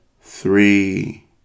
three